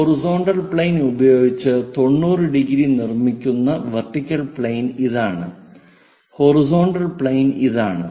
അതിനാൽ horizontal plane ഉപയോഗിച്ച് 90 degree നിർമ്മിക്കുന്ന വെർട്ടിക്കൽ പ്ലെയിൻ ഇതാണ് ഹൊറിസോണ്ടൽ പ്ലെയിൻ ഇതാണ്